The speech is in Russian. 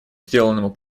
сделанному